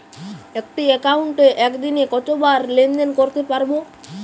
একটি একাউন্টে একদিনে কতবার লেনদেন করতে পারব?